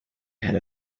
ahead